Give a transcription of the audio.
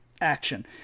action